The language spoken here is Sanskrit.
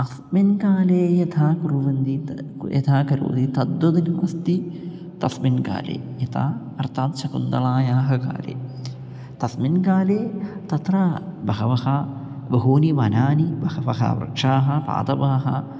अस्मिन् काले यथा कुर्वन्ति यथा करोति तद्वत् नास्ति तस्मिन् काले यथा अर्थात् शकुन्तलायाः काले तस्मिन् काले तत्र बहवः बहूनि वनानि बहवः वृक्षाः पादपाः